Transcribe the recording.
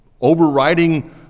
overriding